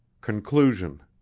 Conclusion